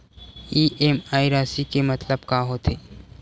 EMI राशि के मतलब का होथे?